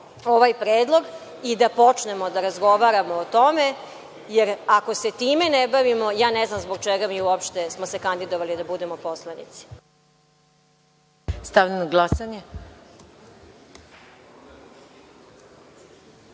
ovaj predlog i da počnemo da razgovaramo o tome, jer ako se time ne bavimo, ne znam zbog čega smo se mi uopšte kandidovali da budemo poslanici. **Maja